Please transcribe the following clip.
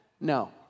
No